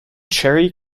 cherry